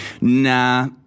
nah